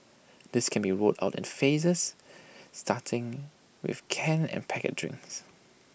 this can be rolled out in phases starting with canned and packet drinks